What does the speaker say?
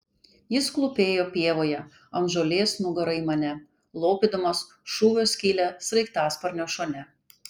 jis klūpėjo pievoje ant žolės nugara į mane lopydamas šūvio skylę sraigtasparnio šone